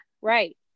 Right